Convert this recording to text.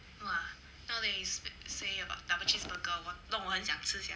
!wah! now that you speak say about double cheeseburger 我弄我很想吃 sia